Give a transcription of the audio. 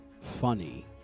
funny